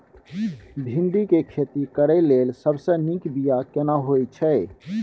भिंडी के खेती करेक लैल सबसे नीक बिया केना होय छै?